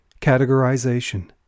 Categorization